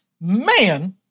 man